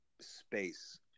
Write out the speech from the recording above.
space